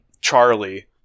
charlie